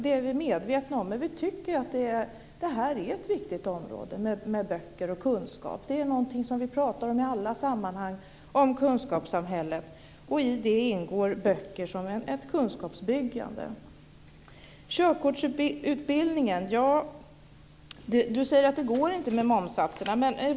Det är vi medvetna om, men vi tycker att böcker och kunskap är ett viktigt område. Vi talar i alla sammanhang om kunskapssamhället, och i det ingår böcker som ett kunskapsbyggande. Beträffande körkortsutbildningen säger Lars Lilja att detta med momssatserna inte är möjligt.